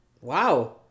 wow